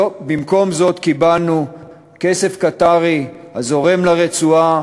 במקום זאת קיבלנו כסף קטארי הזורם לרצועה,